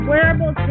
Wearable